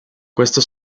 questo